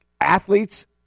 athletes